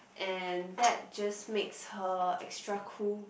and that just makes her extra cool